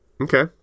Okay